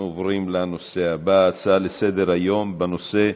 אנחנו עוברים לנושא הבא, הצעה לסדר-היום בנושא: